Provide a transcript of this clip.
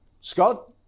Scott